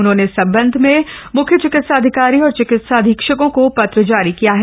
उन्होंने इस सम्बन्ध में म्ख्य चिकित्साधिकारी और चिकित्साधीक्षकों को पत्र जारी किया है